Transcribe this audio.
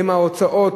הן הוצאות